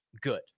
good